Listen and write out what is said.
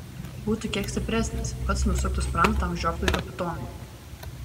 būtų kiek stipresnis pats nusuktų sprandą tam žiopliui kapitonui